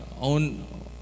own